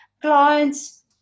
Clients